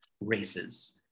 races